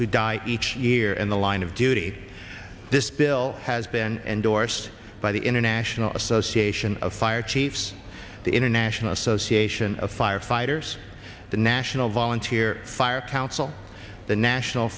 who die each year in the line of duty this bill has been endorsed by the international association of fire chiefs the international association of firefighters the national volunteer fire council the national